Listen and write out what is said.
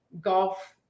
golf